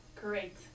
Great